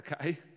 okay